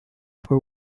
were